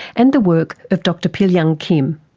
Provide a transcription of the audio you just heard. and the work of dr pilyoung kim.